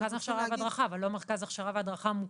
מרכז הכשרה והדרכה אבל לא מרכז הכשרה והדרכה מוכר.